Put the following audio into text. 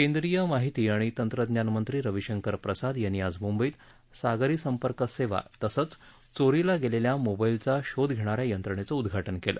केंद्रीय माहिती आणि तंत्रज्ञानमंत्री रविशंकर प्रसाद यांनी आज मुंबईत सागरी संपर्क सेवा तसंच चोरीला गेलेल्या मोबाईलचा शोध घेणा या यंत्रणेचं उद्घाटन केलं